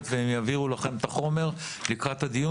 והם יביאו לכם את החומר לקראת הדיון.